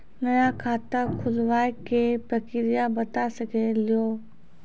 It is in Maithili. नया खाता खुलवाए के प्रक्रिया बता सके लू?